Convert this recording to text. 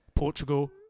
Portugal